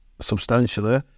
substantially